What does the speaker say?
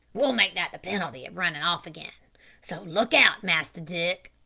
we'll make that the penalty of runnin' off again so look out, master dick.